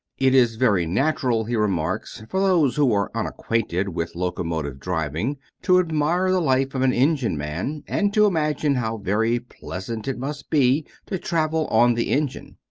it is very natural, he remarks, for those who are unacquainted with locomotive driving to admire the life of an engine-man, and to imagine how very pleasant it must be to travel on the engine.